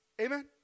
Amen